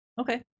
okay